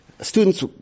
students